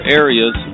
areas